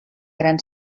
gran